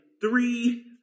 three